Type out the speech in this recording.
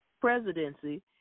presidency